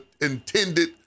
intended